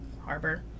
harbor